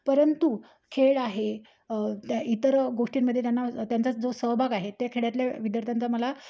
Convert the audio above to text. परंतु खेळ आहे त्या इतर गोष्टींमध्ये त्यांना त्यांचा जो सहभाग आहे त्या खेड्यातल्या विद्यार्थ्यांचा मला